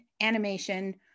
animation